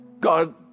God